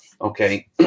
Okay